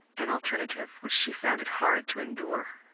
an alternative which she found it hard to endure.